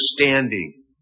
understanding